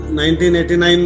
1989